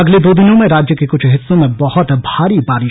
अगले दो दिनों में राज्य के कुछ हिस्सों में बहुत भारी बारि